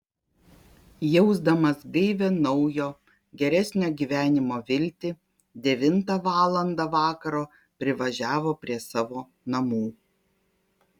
jausdamas gaivią naujo geresnio gyvenimo viltį devintą valandą vakaro privažiavo prie savo namų